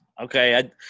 Okay